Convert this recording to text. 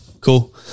cool